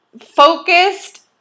focused